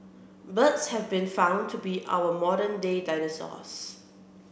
birds have been found to be our modern day dinosaurs